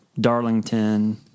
Darlington